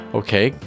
okay